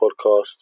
podcast